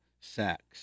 sex